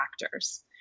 factors